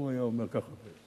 הוא היה אומר ככה.